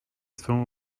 swą